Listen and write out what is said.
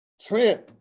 Trent